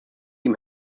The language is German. ihm